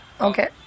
Okay